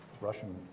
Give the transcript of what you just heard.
Russian